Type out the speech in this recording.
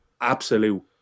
absolute